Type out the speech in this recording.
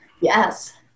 Yes